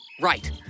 right